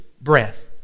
breath